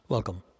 Welcome